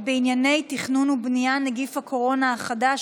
בענייני תכנון ובנייה (נגיף הקורונה החדש,